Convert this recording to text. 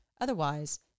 Otherwise